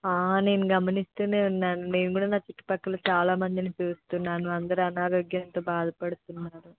నేను గమనిస్తూనే ఉన్నాను నేను కూడా నా చుట్టుపక్కల చాలా మందిని చూస్తున్నాను అందరూ అనారోగ్యంతో బాధపడుతున్నారు